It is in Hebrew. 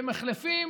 במחלפים